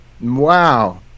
wow